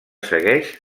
segueix